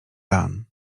dan